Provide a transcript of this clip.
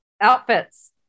outfits